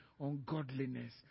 ungodliness